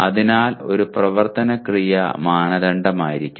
അതിനാൽ ഒരു പ്രവർത്തന ക്രിയ മാനദണ്ഡമായിരിക്കണം